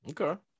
Okay